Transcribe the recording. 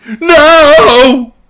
No